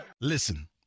Listen